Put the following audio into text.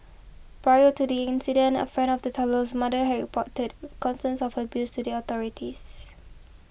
prior to the incident a friend of the toddler's mother had reported concerns of abuse to the authorities